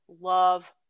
love